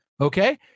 okay